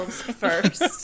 first